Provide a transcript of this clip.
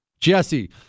Jesse